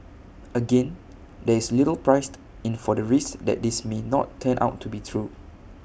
again there is little priced in for the risk that this may not turn out to be true